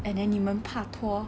and then 你们 pak tor